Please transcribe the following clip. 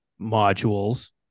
modules